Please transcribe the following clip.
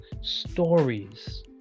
stories